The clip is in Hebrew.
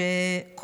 אני בטוחה,